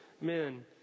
men